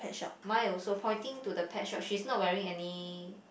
mine also pointing to the pet shop she's not wearing any